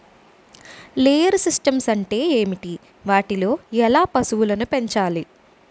Layer systems అంటే ఏంటి? వాటిలో ఎలా పశువులను పెంచాలి?